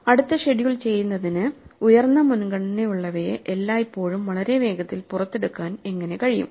അടുത്ത ഷെഡ്യൂൾ ചെയ്യുന്നതിന് ഉയർന്ന മുൻഗണനയുള്ളവയെ എല്ലായ്പ്പോഴും വളരെ വേഗത്തിൽ പുറത്തെടുക്കാൻ എങ്ങിനെ കഴിയും